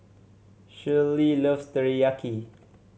Schley loves Teriyaki